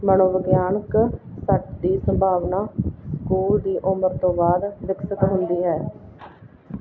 ਮਨੋਵਿਗਿਆਨਕ ਸੱਟ ਦੀ ਸੰਭਾਵਨਾ ਸਕੂਲ ਦੀ ਉਮਰ ਤੋਂ ਬਾਅਦ ਵਿਕਸਿਤ ਹੁੰਦੀ ਹੈ